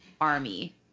army